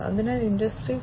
അതിനാൽ ഇൻഡസ്ട്രി 4